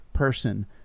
Person